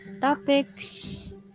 topics